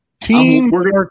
team